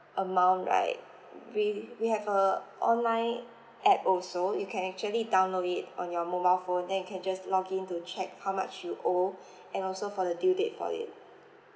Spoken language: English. amount right we we have a online app also you can actually download it on your mobile phone then you can just login to check how much you owe and also for the due date for it